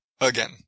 Again